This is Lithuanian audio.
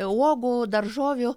uogų daržovių